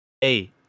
hey